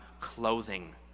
clothing